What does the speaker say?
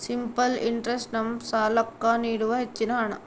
simple interest ನಮ್ಮ ಸಾಲ್ಲಾಕ್ಕ ನೀಡುವ ಹೆಚ್ಚಿನ ಹಣ್ಣ